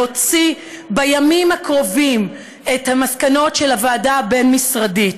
להוציא בימים הקרובים את המסקנות של הוועדה הבין-משרדית,